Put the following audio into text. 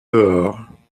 dehors